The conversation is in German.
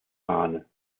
fahne